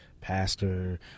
pastor